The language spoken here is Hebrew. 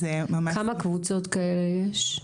אז --- כמה קבוצות כאלה יש?